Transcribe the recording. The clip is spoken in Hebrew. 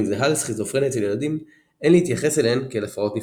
זהה לסכיזופרניה אצל ילדים אין להתייחס אליהן כאל הפרעות נפרדות.